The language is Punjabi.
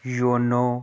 ਯੋਨੋ